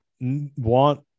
want